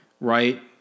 right